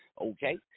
Okay